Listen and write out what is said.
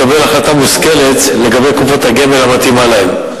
ולקבל החלטה מושכלת לגבי קופת הגמל המתאימה להם.